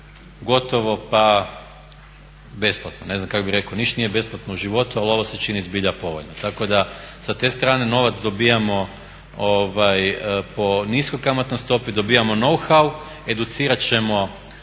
gotovo pa besplatno, ne znam kako bi rekao. Ništa nije besplatno u životu, ali ovo se čini zbilja povoljno. Tako da sa te strane novac dobivamo po niskoj kamatnoj stopi, dobivamo no hau, educirat ćemo